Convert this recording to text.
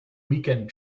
weekend